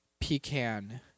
pecan